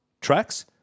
tracks